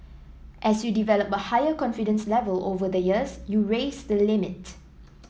as you develop a higher confidence level over the years you raise the limit